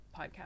podcast